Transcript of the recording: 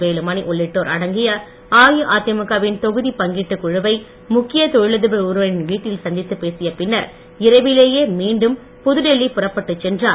வேலுமணி உள்ளிட்டோர் அடங்கிய அஇஅதிமுக வின் தொகுதிப் பங்கீட்டுக் குழுவை முக்கிய தொழிலதிபர் ஒருவரின் வீட்டில் சந்தித்துப் பேசிய பின்னர் இரவிலேயே மீண்டும் புதுடில்லி புறப்பட்டுச் சென்றார்